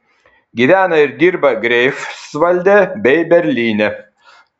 gyvena ir dirba greifsvalde bei berlyne